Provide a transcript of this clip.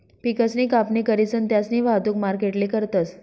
पिकसनी कापणी करीसन त्यास्नी वाहतुक मार्केटले करतस